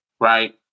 right